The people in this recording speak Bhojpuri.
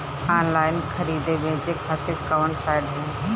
आनलाइन खरीदे बेचे खातिर कवन साइड ह?